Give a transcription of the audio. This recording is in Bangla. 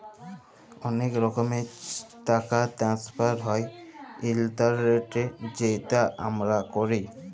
অলেক রকমের টাকা টেনেসফার হ্যয় ইলটারলেটে যেট আমরা ক্যরি